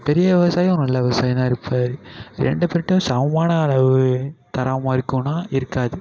பெரிய விவசாயும் நல்ல விவசாயி தான் இருப்பார் ரெண்டு பேருகிட்ட சமமான அளவு தரமாக இருக்குதுன்னா இருக்காது